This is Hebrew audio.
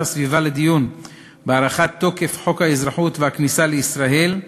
הסביבה לדיון בהארכת תוקף חוק האזרחות והכניסה לישראל,